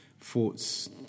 Thoughts